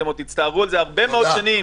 אתם עוד תצטערו על זה הרבה מאוד שנים.